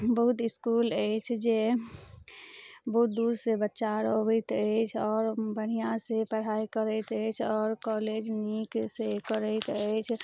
बहुत इसकुल अछि जे बहुत दूर सँ बच्चा आर अबैत अछि आओर बढ़िआँसँ पढ़ाइ करैत अछि आओर कॉलेज नीकसँ करैत अछि